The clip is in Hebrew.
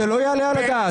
זה לא יעלה על הדעת.